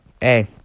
hey